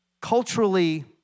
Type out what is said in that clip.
culturally